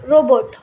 robot